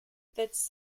that’s